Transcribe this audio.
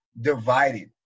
divided